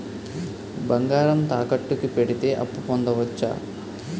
బంగారం తాకట్టు కి పెడితే అప్పు పొందవచ్చ?